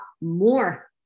more